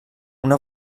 una